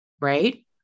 Right